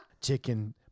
chicken